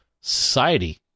society